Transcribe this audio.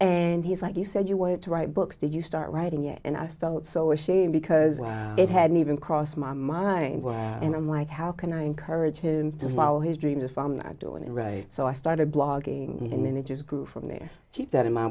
and he's like you said you wanted to write books did you start writing yet and i felt so ashamed because it hadn't even crossed my mind and i'm like how can i encourage him to follow his dream if i'm not doing it right so i started blogging and then it just grew from there keep that in m